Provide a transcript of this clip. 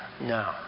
No